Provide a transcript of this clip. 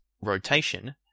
rotation